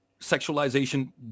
sexualization